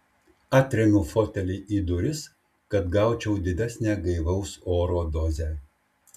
atremiu fotelį į duris kad gaučiau didesnę gaivaus oro dozę